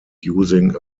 using